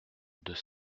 deux